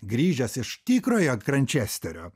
grįžęs iš tikrojo grančesterio